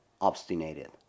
obstinate